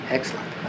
Excellent